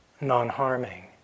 non-harming